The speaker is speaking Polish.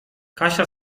kasia